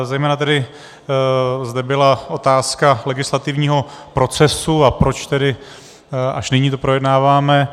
Zejména tedy zde byla otázka legislativního procesu, a proč tedy až nyní to projednáváme.